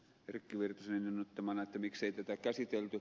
erkki virtasen innoittamana miksei tätä käsitelty